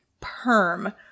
perm